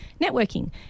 networking